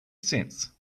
cents